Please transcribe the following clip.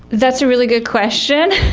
that's a really good question.